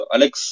Alex